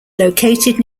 located